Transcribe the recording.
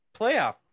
playoff